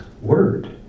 word